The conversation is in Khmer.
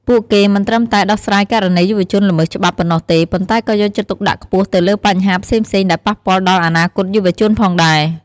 ពួកគេមិនត្រឹមតែ ដោះស្រាយករណីយុវជនល្មើសច្បាប់ ប៉ុណ្ណោះទេ ប៉ុន្តែក៏យកចិត្តទុកដាក់ខ្ពស់ទៅលើបញ្ហាផ្សេងៗដែលប៉ះពាល់ដល់អនាគតយុវជនផងដែរ។